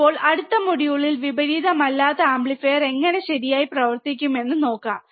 ഇപ്പോൾ അടുത്ത മൊഡ്യൂളിൽ വിപരീതമല്ലാത്ത ആംപ്ലിഫയർ എങ്ങനെ ശരിയായി പ്രവർത്തിക്കുമന്ന് നോക്കാം